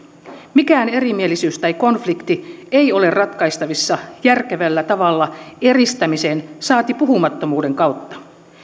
mikään erimielisyys tai konflikti ei ole ratkaistavissa järkevällä tavalla eristämisen saati puhumattomuuden kautta